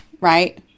right